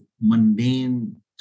mundane